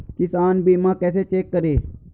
किसान बीमा कैसे चेक करें?